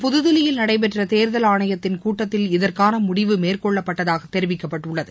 புதுதில்லியில் நடைபெற்றதேர்தல் ஆணையத்தின் கூட்டத்தில் இதற்கானமுடிவு இன்று மேற்கொள்ளப்பட்டதாகதெரிவிக்கப்பட்டுள்ளது